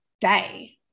day